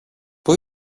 πού